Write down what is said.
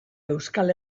euskal